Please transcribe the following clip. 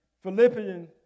Philippians